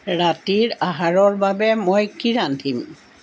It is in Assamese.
ৰাতিৰ আহাৰৰ বাবে মই কি ৰান্ধিম